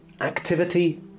activity